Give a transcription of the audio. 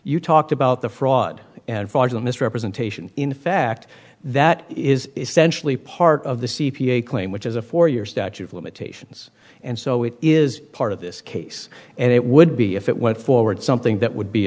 you talked about the fraud and far the misrepresentation in fact that is essentially part of the c p a claim which is a four year statute of limitations and so it is part of this case and it would be if it went forward something that would be